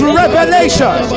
revelation